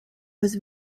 was